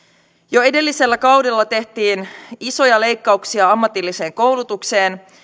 jo edellisellä kaudella tehtiin isoja leikkauksia ammatilliseen koulutukseen